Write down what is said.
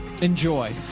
Enjoy